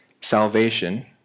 salvation